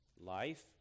life